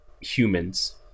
humans